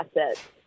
assets